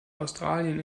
australien